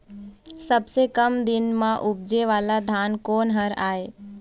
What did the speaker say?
सबसे कम दिन म उपजे वाला धान कोन हर ये?